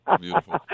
Beautiful